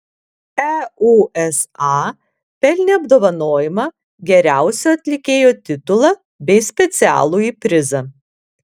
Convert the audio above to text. eusa pelnė apdovanojimą geriausio atlikėjo titulą bei specialųjį prizą